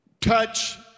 touch